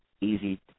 easy